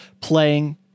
playing